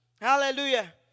Hallelujah